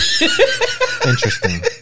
Interesting